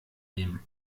nehmen